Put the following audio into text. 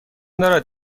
دارد